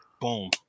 boom